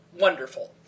wonderful